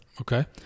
Okay